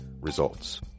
Results